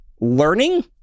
learning